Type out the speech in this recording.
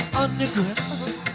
underground